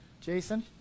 Jason